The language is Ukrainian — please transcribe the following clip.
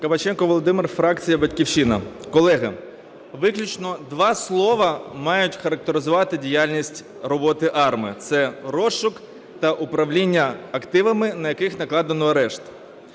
Кабаченко Володимир, фракція "Батьківщина". Колеги, виключно два слова мають характеризувати діяльність роботи АРМА – це розшук та управління активами, на яких накладено арешт.